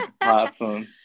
Awesome